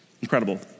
incredible